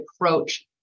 approach